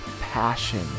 passion